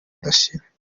udashira